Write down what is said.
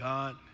God